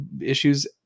issues